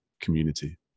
community